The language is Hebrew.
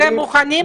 אתם מוכנים?